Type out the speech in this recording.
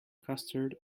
custard